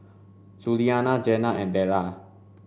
Juliana Jenna and Della